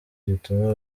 gituma